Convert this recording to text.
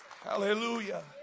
Hallelujah